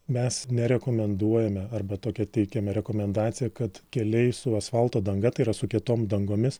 mes nerekomenduojame arba tokią teikiame rekomendaciją kad keliai su asfalto danga tai yra su kietom dangomis